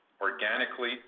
Organically